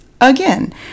again